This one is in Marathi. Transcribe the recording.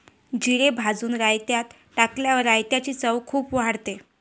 जिरे भाजून रायतात टाकल्यावर रायताची चव खूप वाढते